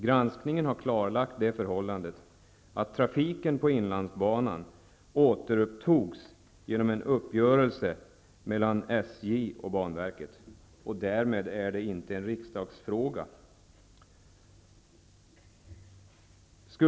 Granskningen har klarlagt det förhållandet att trafiken på inlandsbanan återupptogs genom en uppgörelse mellan SJ och banverket. Därmed är det inte en riksdagsfråga.